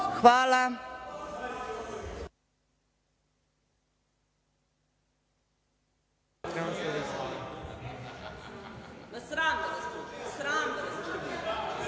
Hvala